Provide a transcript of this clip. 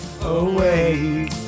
away